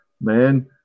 Man